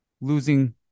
losing